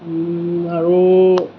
আৰু